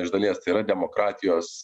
iš dalies tai yra demokratijos